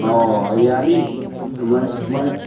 ꯑꯣ ꯌꯥꯅꯤ